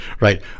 right